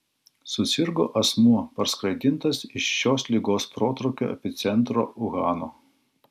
susirgo asmuo parskraidintas iš šios ligos protrūkio epicentro uhano